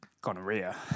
gonorrhea